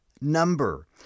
number